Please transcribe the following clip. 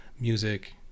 music